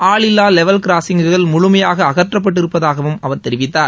ஆளில்லா லெவல் கிராசிங்குகள் முழுமையாக அகற்றப்பட்டிருப்பதாகவும் அவர் தெரிவித்தார்